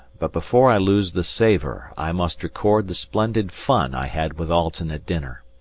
but before i lose the savour i must record the splendid fun i had with alten at dinner.